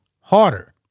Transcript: harder